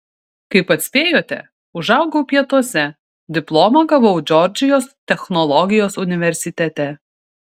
kaip atspėjote užaugau pietuose diplomą gavau džordžijos technologijos universitete